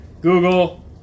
Google